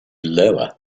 lower